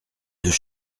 deux